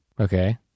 Okay